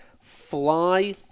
fly